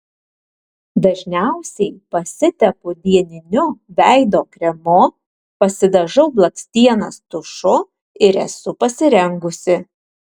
dažniausiai pasitepu dieniniu veido kremu pasidažau blakstienas tušu ir esu pasirengusi